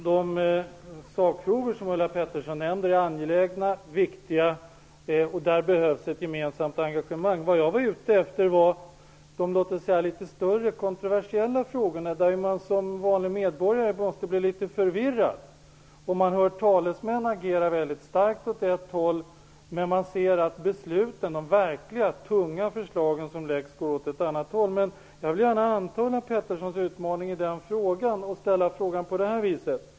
Herr talman! De sakfrågor som Ulla Pettersson nämnde är angelägna, och där behövs ett gemensamt engagemang. Vad jag var ute efter var de litet större kontroversiella frågorna. Som vanlig medborgare måste man bli litet förvirrad när talesmän agerar väldigt starkt åt ett håll medan besluten och de verkligt tunga förslagen går åt ett annat håll. Jag vill gärna anta Ulla Petterssons utmaning.